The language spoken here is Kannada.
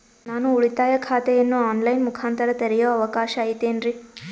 ನಾನು ಉಳಿತಾಯ ಖಾತೆಯನ್ನು ಆನ್ ಲೈನ್ ಮುಖಾಂತರ ತೆರಿಯೋ ಅವಕಾಶ ಐತೇನ್ರಿ?